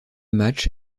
match